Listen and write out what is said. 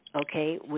okay